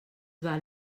val